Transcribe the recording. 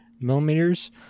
millimeters